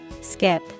Skip